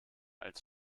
als